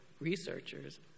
researchers